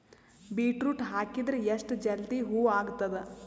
Beetroot ಹಾಕಿದರ ಎಷ್ಟ ಜಲ್ದಿ ಹೂವ ಆಗತದ?